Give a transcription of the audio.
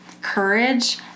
courage